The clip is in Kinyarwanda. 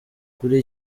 kuri